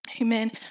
Amen